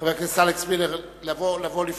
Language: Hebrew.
חבר הכנסת אלכס מילר, לבוא לפנים.